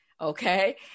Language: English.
Okay